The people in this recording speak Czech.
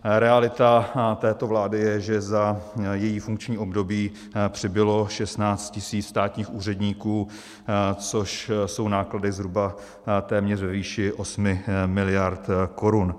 Realita této vlády je, že za její funkční období přibylo 16 tis. státních úředníků, což jsou náklady zhruba téměř ve výši 8 mld. korun.